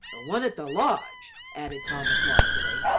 the one at the lodge, added thomas loftily,